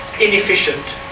inefficient